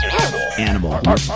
animal